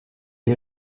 est